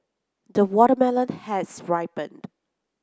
the watermelon has ripened